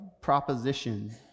proposition